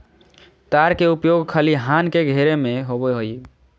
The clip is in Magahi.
तार के उपयोग खलिहान के घेरे में होबो हइ